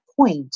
point